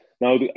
Now